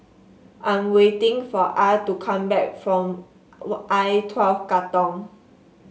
I'm waiting for Ah to come back from I twelve Katong